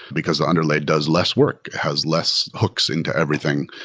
because the underlay does less work has less hooks into everything.